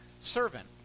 servant